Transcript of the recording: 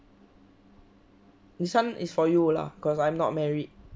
this one is for you lah cause I'm not married